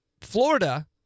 Florida